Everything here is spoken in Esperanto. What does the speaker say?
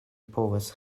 povas